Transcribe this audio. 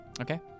Okay